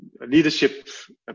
leadership